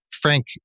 Frank